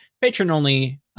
patron-only